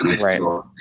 right